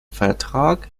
vertrag